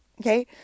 Okay